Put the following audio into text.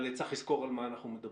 אבל צריך לזכור על מה אנחנו מדברים.